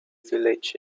village